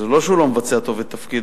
זה לא שהוא לא מבצע טוב את תפקידו,